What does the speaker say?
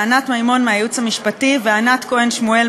לענת מימון מהייעוץ המשפטי וענת כהן שמואל,